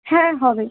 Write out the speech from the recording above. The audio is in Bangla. হ্যাঁ হবে